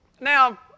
Now